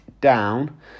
down